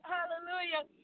Hallelujah